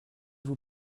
vous